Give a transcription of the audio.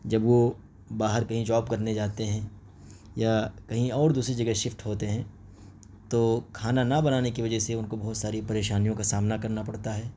جب وہ باہر کہیں جاب کرنے جاتے ہیں یا کہیں اور دوسری جگہ شفٹ ہوتے ہیں تو کھانا نہ بنانے کی وجہ سے ان کو بہت ساری پریشانیوں کا سامنا کرنا پڑتا ہے